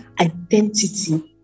identity